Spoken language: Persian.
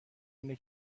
اینه